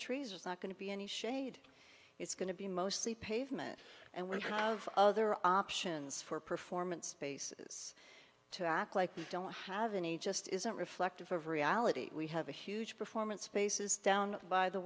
trees it's not going to be any shade it's going to be mostly pavement and we have other options for performance basis to act like you don't have any just isn't reflective of reality we have a huge performance spaces down by the